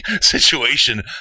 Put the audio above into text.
situation